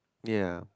ya